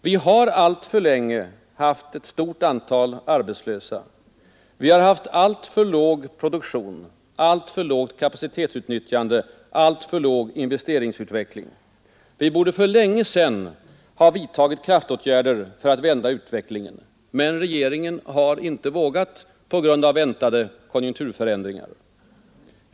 Vi har alltför länge haft ett stort antal arbetslösa, vi har haft alltför låg produktion, alltför lågt kapacitetsutnyttjande, alltför låg investeringsutveckling. Vi borde för länge sedan ha vidtagit kraftåtgärder för att vända utvecklingen. Men regeringen har inte vågat, på grund av väntade konjunkturförändringar.